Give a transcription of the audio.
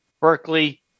Berkeley